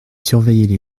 surveillaient